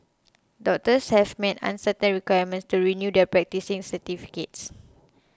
doctors have meet uncertain requirements to renew their practising certificates